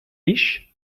riches